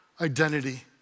Identity